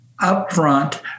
upfront